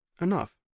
enough